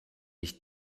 ich